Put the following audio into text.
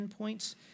endpoints